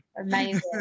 Amazing